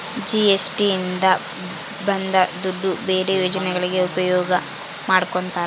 GST ಇಂದ ಬಂದ್ ದುಡ್ಡು ಬೇರೆ ಯೋಜನೆಗಳಿಗೆ ಉಪಯೋಗ ಮಾಡ್ಕೋತರ